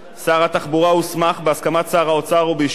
בהסכמת שר האוצר ובאישור ועדת הכלכלה של הכנסת,